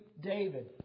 David